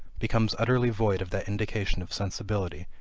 becomes utterly void of that indication of sensibility,